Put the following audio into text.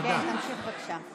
תמשיך, בבקשה.